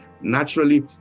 naturally